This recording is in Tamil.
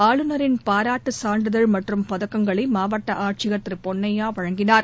ஆளுநரின் பாராட்டு சான்றிதழ் மற்றும் பதக்கங்களை மாவட்ட ஆட்சியர் திரு பொன்னையா வழங்கினார்